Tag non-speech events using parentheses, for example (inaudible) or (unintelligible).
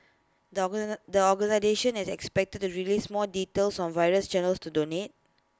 the (unintelligible) organisation is expected to the release more details on various channels to donate